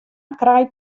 krijt